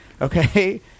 Okay